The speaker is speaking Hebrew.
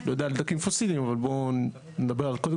לא יודע על דלקים פוסיליים אבל בואו נדבר קודם